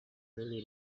really